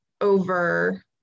over